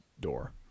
door